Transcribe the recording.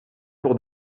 pour